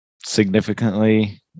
significantly